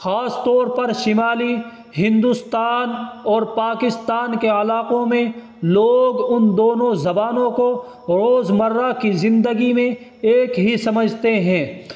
خاص طور پر شمالی ہندوستان اور پاکستان کے علاقوں میں لوگ ان دونوں زبانوں کو روز مرہ کی زندگی میں ایک ہی سمجھتے ہیں